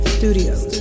Studios